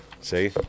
See